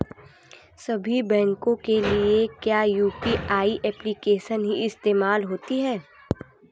सभी बैंकों के लिए क्या यू.पी.आई एप्लिकेशन ही इस्तेमाल होती है?